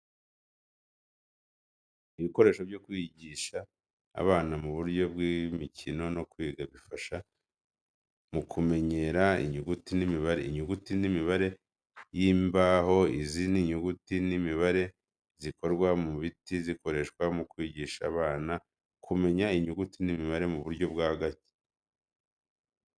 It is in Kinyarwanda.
Ibikoresho byo kwigisha abana mu buryo bw’imikino no kwiga bifasha mu kumenyera inyuguti n’imibare. Inyuguti n’imibare y’imbaho izi ni inyuguti n’imibare zikorwa mu biti zikoreshwa mu kwigisha abana kumenya inyuguti n’imibare mu buryo bwa gake.